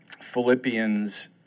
Philippians